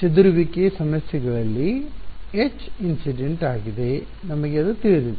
ಚದುರುವಿಕೆ ಸಮಸ್ಯೆಗಳಲ್ಲಿ Hinc ಆಗಿದೆ ನಮಗೆ ಅದು ತಿಳಿದಿದೆ